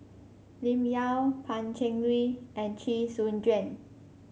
Lim Yau Pan Cheng Lui and Chee Soon Juan